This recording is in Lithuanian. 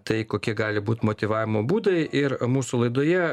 tai kokie gali būt motyvavimo būdai ir mūsų laidoje